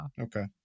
Okay